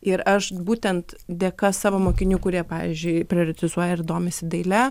ir aš būtent dėka savo mokinių kurie pavyzdžiui prioritezuoja ir domisi daile